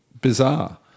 bizarre